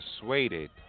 persuaded